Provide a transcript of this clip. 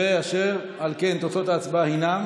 אשר על כן, תוצאות ההצבעה הן,